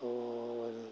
വരുന്നത്